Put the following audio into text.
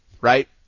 right